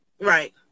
Right